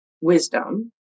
wisdom